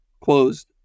closed